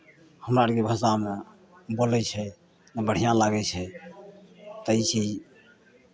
हमरा आरके भाषामे बोलै छै बढ़िआँ लागै छै तऽ ई चीज